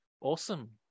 awesome